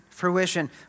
fruition